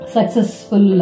Successful